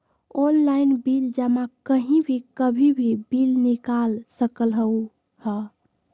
Online bill जमा कहीं भी कभी भी बिल निकाल सकलहु ह?